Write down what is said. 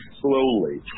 slowly